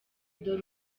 dore